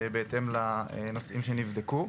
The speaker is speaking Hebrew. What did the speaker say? בהתאם לנושאים שנבדקו.